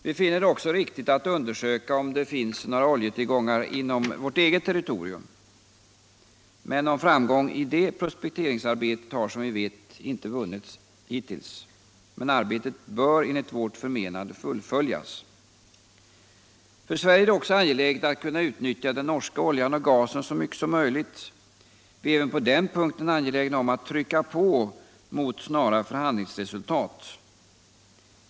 Vi finner det också riktigt att undersöka om det finns några oljetillgångar inom vårt eget territorium. Någon framgång i det prospekteringsarbetet har, som vi vet, inte vunnits hittills. Men arbetet bör enligt vårt förmenande fullföljas. För Sverige är det angeläget att kunna utnyttja den norska oljan och gasen så mycket som möjligt. Vi är även på den punkten angelägna om att trycka på mot snara förhandlingsresultat.